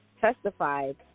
testified